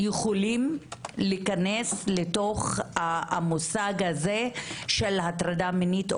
יכולים להיכנס לתוך המושג הזה של הטרדה מינית,